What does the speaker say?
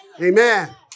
Amen